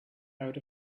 out